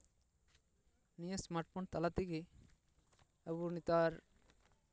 ᱱᱤᱭᱟᱹ smart phone ᱛᱟᱞᱟ ᱛᱮᱜᱮ ᱟᱵᱚ ᱱᱮᱛᱟᱨ